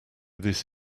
this